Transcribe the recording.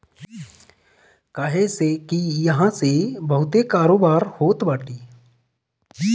काहे से की इहा से बहुते कारोबार होत बाटे